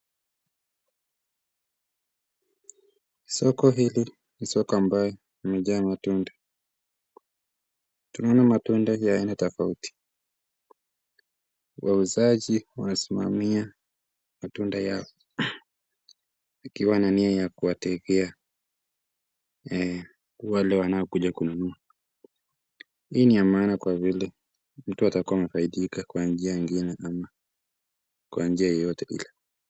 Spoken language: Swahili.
Soko hili ni soko ambayo imejaa matunda. Tunaona matunda ya aina tofauti. Wauzaji wanasimamia matunda yao wakiwa na nia ya kuwategea wale wanaokuja kununua. Hii ni ya maana kwa vile mtu atakuwa amefaidika kwa njia ingine ama kwa njia yoyote ile.